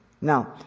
Now